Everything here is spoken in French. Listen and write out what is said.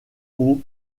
aux